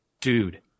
dude